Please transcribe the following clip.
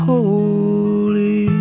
Holy